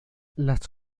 las